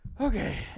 okay